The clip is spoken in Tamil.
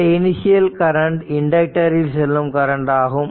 இந்த இனிஷியல் கரண்ட் இண்டக்டர் இல் செல்லும் கரண்ட் ஆகும்